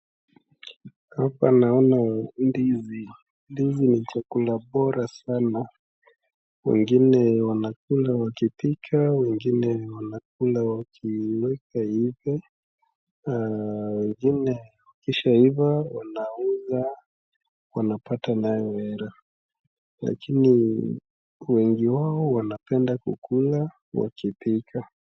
Hapa naona ndizi. Ndizi ni chakula bora sana. Wengine wanakula wakipika, wengine wanakula wakiweka iive. Wengine zikishaiva wanauza wanapata nayo hela. Lakini wengi wao wanapenda kukula wakipika.